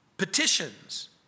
petitions